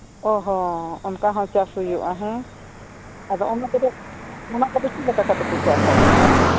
ᱚ ᱦᱚᱸ ᱚᱱᱠᱟ ᱦᱚᱸ ᱪᱟᱥ ᱦᱩᱭᱩᱜᱼᱟ ᱦᱮᱸ ᱟᱫᱚ ᱚᱱᱟ ᱛᱮᱫᱚ ᱚᱱᱟ ᱠᱚᱫᱚ ᱪᱮᱫ ᱞᱮᱠᱟ ᱛᱮᱯᱮ ᱪᱟᱥᱟ ᱛᱚᱵᱮ